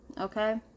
okay